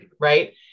Right